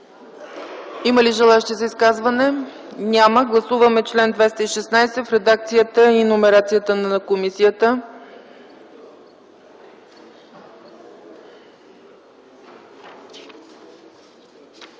Има ли желаещи за изказвания? Няма. Гласуваме чл. 216 в редакцията и номерацията на комисията.